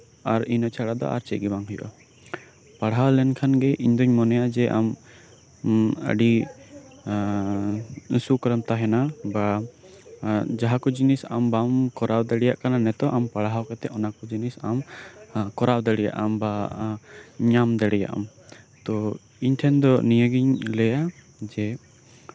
ᱟᱨ ᱤᱱᱟᱹ ᱪᱷᱟᱲᱟ ᱫᱚ ᱟᱨ ᱪᱮᱫ ᱦᱚᱸ ᱵᱟᱝ ᱦᱩᱭᱩᱜᱼᱟ ᱯᱟᱲᱦᱟᱣ ᱞᱮᱱᱠᱷᱟᱱ ᱜᱮ ᱤᱧ ᱫᱚᱧ ᱢᱚᱱᱮᱭᱟ ᱟᱢ ᱟᱹᱰᱤ ᱥᱩᱠᱨᱮᱢ ᱛᱟᱸᱦᱮᱱᱟ ᱵᱟ ᱡᱟᱸᱦᱟ ᱠᱚ ᱡᱤᱱᱤᱥ ᱟᱢ ᱵᱟᱢ ᱠᱚᱨᱟᱣ ᱫᱟᱲᱮᱭᱟᱜ ᱠᱟᱱᱟ ᱱᱤᱛᱚᱜ ᱟᱢ ᱯᱟᱲᱦᱟᱣ ᱠᱟᱛᱮᱫ ᱚᱱᱟ ᱠᱚ ᱡᱤᱱᱤᱥᱮᱢ ᱠᱚᱨᱟᱣ ᱫᱟᱲᱮᱭᱟᱜ ᱟᱢ ᱵᱟ ᱧᱟᱢ ᱫᱟᱲᱮᱭᱟᱜ ᱟᱢ ᱛᱚ ᱤᱧ ᱴᱷᱮᱱ ᱫᱚ ᱱᱤᱭᱟᱹ ᱜᱮᱧ ᱞᱟᱹᱭᱟ ᱡᱮ